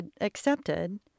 accepted